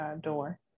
door